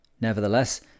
Nevertheless